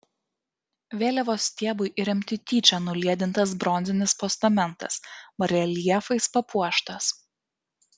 vėliavos stiebui įremti tyčia nuliedintas bronzinis postamentas bareljefais papuoštas